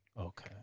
Okay